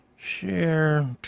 Share